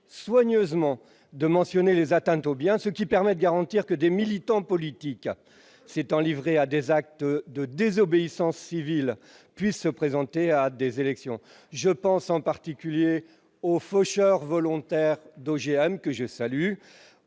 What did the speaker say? soigneusement de mentionner les atteintes aux biens, ce qui permet de garantir que des militants politiques s'étant livrés à des actes de désobéissance civile puissent se présenter à des élections. Je pense en particulier aux faucheurs volontaires d'OGM, que je salue,